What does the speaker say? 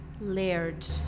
Layered